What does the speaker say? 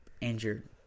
Injured